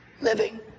living